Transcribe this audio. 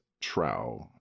Trow